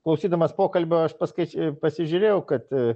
klausydamas pokalbio aš paskaič pasižiūrėjau kad